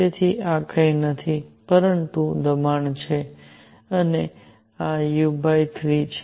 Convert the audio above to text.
તેથી આ કંઈ નથી પરંતુ દબાણ છે અને આ u3 છે